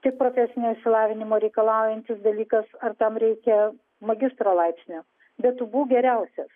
tik profesinio išsilavinimo reikalaujantis dalykas ar tam reikia magistro laipsnio bet tu būk geriausias